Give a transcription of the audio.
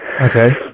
Okay